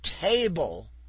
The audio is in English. table